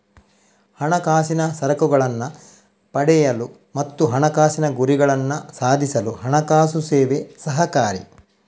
ಹಣಕಾಸಿನ ಸರಕುಗಳನ್ನ ಪಡೆಯಲು ಮತ್ತು ಹಣಕಾಸಿನ ಗುರಿಗಳನ್ನ ಸಾಧಿಸಲು ಹಣಕಾಸು ಸೇವೆ ಸಹಕಾರಿ